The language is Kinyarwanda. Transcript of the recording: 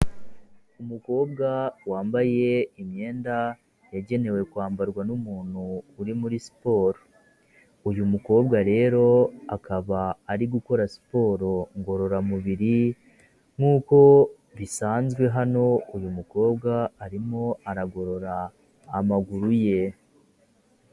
Umukobwa wambaye imyenda yagenewe kwambarwa n'umuntu uri muri siporo uyu mukobwa rero akaba ari gukora siporo ngororamubiri nk'uko bisanzwe hano uyu mukobwa arimo aragorora amaguru ye.